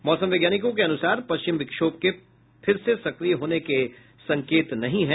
मौसम वैज्ञानिकों के अनुसार पश्चिम विक्षोभ के फिर से सक्रिय होने के संकेत नहीं है